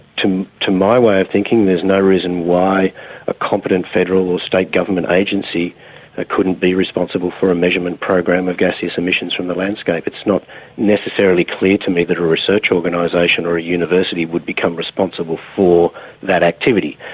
to to my way of thinking, there's no reason why a competent federal or state government agency couldn't be responsible for a measurement program of gaseous emissions from the landscape. it's not necessarily clear to me that a research organisation or a would become responsible for that activity.